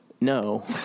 No